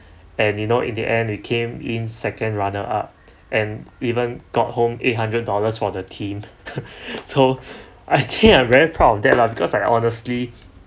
and you know in the end it came in second runner up and even got home eight hundred dollars for the team so I think I'm very proud of that lah but I honestly